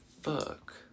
fuck